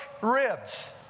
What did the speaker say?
ribs